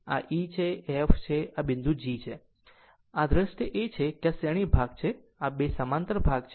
આમ આ એક દૃશ્ય છે કે આ શ્રેણી ભાગ છે અને આ 2 સમાંતર ભાગ છે